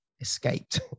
escaped